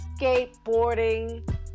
skateboarding